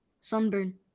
sunburn